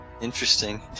interesting